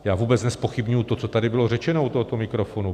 Já vůbec nezpochybňuji to, co tady bylo řečeno u tohoto mikrofonu.